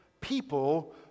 people